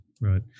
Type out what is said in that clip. Right